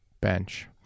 bench